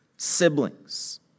Siblings